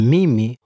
Mimi